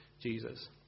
Jesus